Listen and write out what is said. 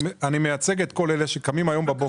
אני מייצג את כל אלה שקמים בבוקר,